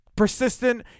persistent